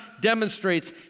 demonstrates